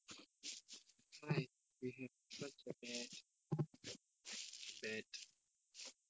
!hais! we have such a bad bad